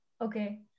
Okay